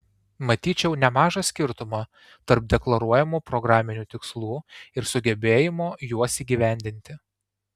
matyčiau nemažą skirtumą tarp deklaruojamų programinių tikslų ir sugebėjimo juos įgyvendinti